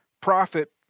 profit